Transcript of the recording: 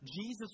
Jesus